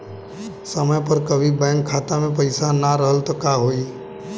समय पर कभी बैंक खाता मे पईसा ना रहल त का होई?